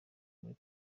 muri